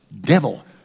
devil